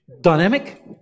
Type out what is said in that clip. dynamic